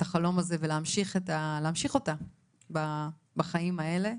החלום הזה ולהמשיך אותה בחיים האלה